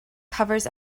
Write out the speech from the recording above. covers